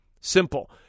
Simple